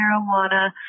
marijuana